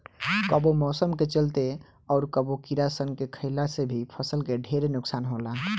कबो मौसम के चलते, अउर कबो कीड़ा सन के खईला से भी फसल के ढेरे नुकसान होला